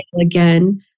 again